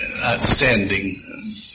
outstanding